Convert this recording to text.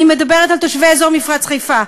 אני מדברת על תושבי אזור מפרץ חיפה,